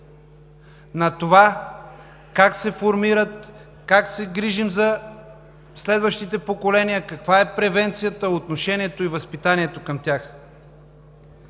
на това как се формират, как се грижим за следващите поколения, каква е превенцията, отношението и възпитанието към тях.